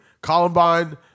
Columbine